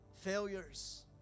failures